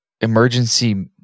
emergency